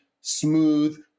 smooth